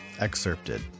Excerpted